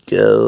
go